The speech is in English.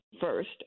first